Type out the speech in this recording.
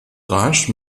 rasch